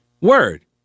word